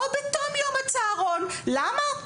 או בתום יום הצהרון למה?